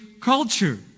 culture